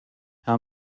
how